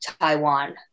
Taiwan